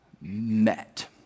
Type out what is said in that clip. met